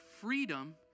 freedom